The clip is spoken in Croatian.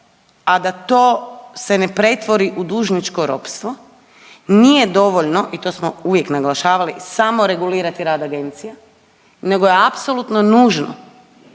a da to se ne pretvori u dužničko ropstvo, nije dovoljno i to smo uvijek naglašavali, samo regulirati rad agencija, nego je apsolutno nužno